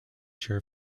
chair